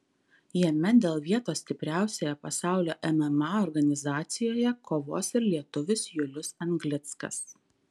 jame dėl vietos stipriausioje pasaulio mma organizacijoje kovos ir lietuvis julius anglickas